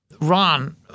Ron